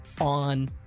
on